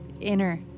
inner